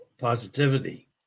positivity